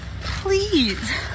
please